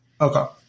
Okay